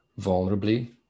vulnerably